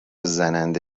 زننده